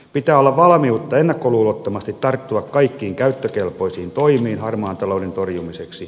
pitää olla valmiutta ennakkoluulottomasti tarttua kaikkiin käyttökelpoisiin toimiin harmaan talouden torjumiseksi